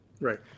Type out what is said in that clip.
Right